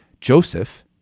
Joseph